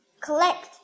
collect